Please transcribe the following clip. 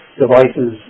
devices